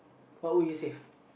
what would you save